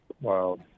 wow